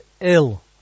ill